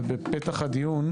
ובפתח הדיון,